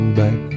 back